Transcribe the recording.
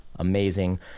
amazing